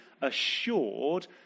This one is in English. assured